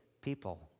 people